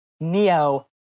Neo